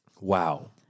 Wow